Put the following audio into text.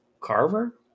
Carver